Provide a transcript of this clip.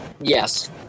yes